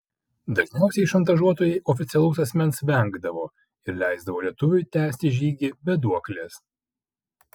dažniausiai šantažuotojai oficialaus asmens vengdavo ir leisdavo lietuviui tęsti žygį be duoklės